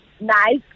nice